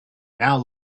now